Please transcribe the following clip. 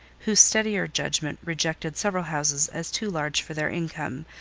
whose steadier judgment rejected several houses as too large for their income,